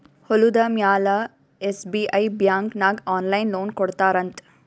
ಹೊಲುದ ಮ್ಯಾಲ SBI bank ನಾಗ್ ಆನ್ಲೈನ್ ಲೋನ್ ಕೊಡ್ತಾರ್ ಅಂತ್